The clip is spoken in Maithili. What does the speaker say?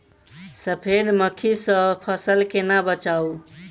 सफेद मक्खी सँ फसल केना बचाऊ?